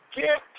get